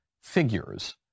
figures